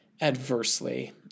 Adversely